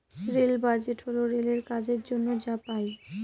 rail budget হল রেলের কাজের জন্য যা পাই